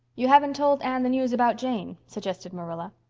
you haven't told anne the news about jane, suggested marilla.